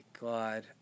God